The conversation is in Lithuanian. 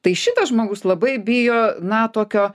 tai šitas žmogus labai bijo na tokio